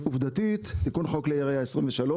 עובדתית תיקון חוק כלי ירייה 2023,